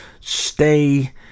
stay